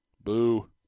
Boo